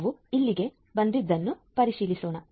ಆದ್ದರಿಂದ ನಾವು ಇಲ್ಲಿಗೆ ಬಂದದ್ದನ್ನು ಪರಿಶೀಲಿಸೋಣ